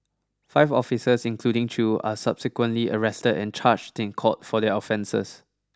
five officers including Chew are subsequently arrested and charged in court for their offences